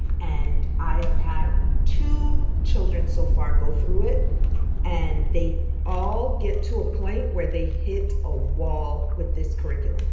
and i have had two children so far go through it and they all get to a point where they hit a wall with this curriculum.